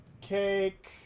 Cake